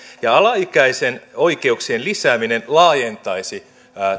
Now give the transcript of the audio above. alaikäisen oikeuksien lisääminen laajentaisi